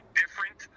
different